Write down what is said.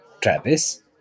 Travis